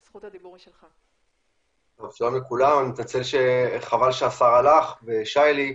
שלום לכולם, חבל שהשר הלך ושי-לי.